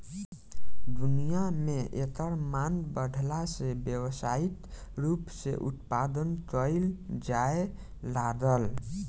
दुनिया में एकर मांग बाढ़ला से व्यावसायिक रूप से उत्पदान कईल जाए लागल